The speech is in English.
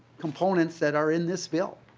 components that are in this bill.